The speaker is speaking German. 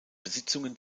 besitzungen